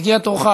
הגיע תורך,